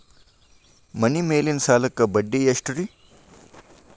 ಮನಿ ಮೇಲಿನ ಸಾಲಕ್ಕ ಬಡ್ಡಿ ಎಷ್ಟ್ರಿ?